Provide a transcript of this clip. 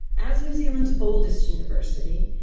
as new zealand's oldest university,